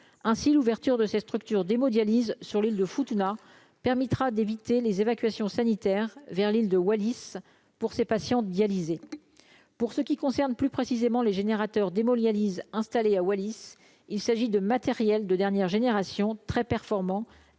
ainsi l'ouverture de ces structures d'hémodialyse sur l'île de Futuna permettra d'éviter les évacuations sanitaires vers l'île de Wallis pour ses patients dialysés pour ce qui concerne plus précisément les générateurs d'hémodialyse installé à Wallis, il s'agit de matériel de dernière génération, très performant